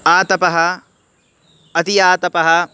आतपः अति आतपः